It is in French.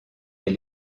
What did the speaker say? est